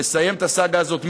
נסיים את הסאגה הזאת.